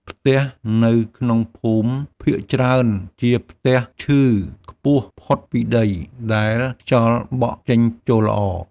ផ្ទះនៅក្នុងភូមិភាគច្រើនជាផ្ទះឈើខ្ពស់ផុតពីដី ដែលមានខ្យល់ចេញចូលល្អ។